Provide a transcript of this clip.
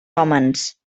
hòmens